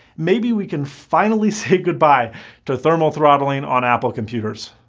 maybe we can finally say goodbye to thermal throttling on apple comptuers.